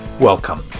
Welcome